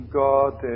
god